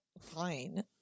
fine